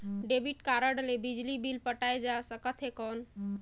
Debit card ले बिजली bill पटाय जा सकथे कौन?